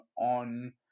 on